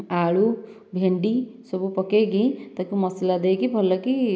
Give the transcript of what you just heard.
ଆଳୁ ଭେଣ୍ଡି ସବୁ ପକେଇକି ତାକୁ ମସଲା ଦେଇକି ଭଲକି